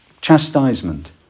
chastisement